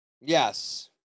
Yes